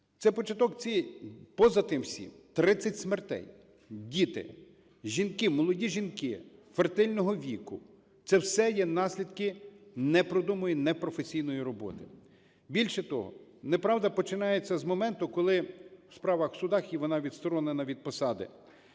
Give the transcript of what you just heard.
Це початок цієї... поза тим всім – 30 смертей. Діти, жінки, молоді жінки фертильного віку – це все є наслідки, не придумую, непрофесійної роботи. Більше того, неправда починається з моменту, коли справа в судах і вона відсторонена від посади.